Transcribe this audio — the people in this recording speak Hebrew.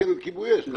לעדכן את כיבוי אש על